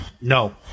No